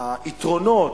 היתרונות,